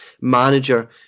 manager